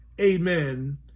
amen